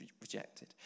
rejected